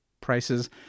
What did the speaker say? prices